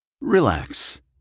Relax